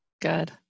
Good